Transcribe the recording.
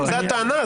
זאת הטענה?